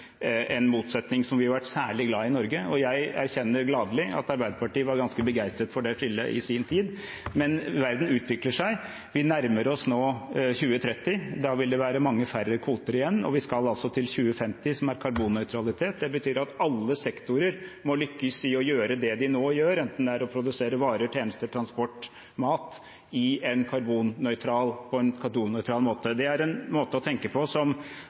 en motsetning som vi har vært særlig glad i i Norge. Jeg erkjenner gladelig at Arbeiderpartiet var ganske begeistret for det skillet i sin tid, men verden utvikler seg. Vi nærmer oss nå 2030. Da vil det være mange færre kvoter igjen, og vi skal til 2050, hvor Norge skal være karbonnøytralt. Det betyr at alle sektorer må lykkes i å gjøre det de nå gjør, enten det er å produsere varer, tjenester, transport eller mat, på en karbonnøytral måte. Det er en måte å tenke på som